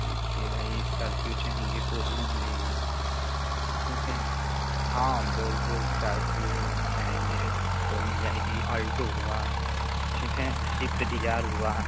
देखिए भाई इस्कार्पियो चाहेंगे तो भी मिलेगी ठीक है हाँ बोलबो इस्कार्पियो चाहेंगे तो मिल जाएगी आल्टो हुआ ठीक है सिफ्ट डिजार हुआ